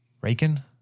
Rakin